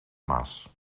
maas